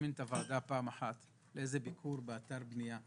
להזמין את הוועדה לביקור באתר בנייה,